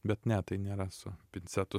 bet ne tai nėra su pincetu